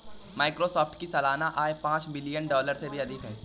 Microsoft की सालाना आय पांच बिलियन डॉलर से भी अधिक है